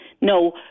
No